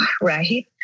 right